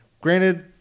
Granted